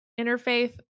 interfaith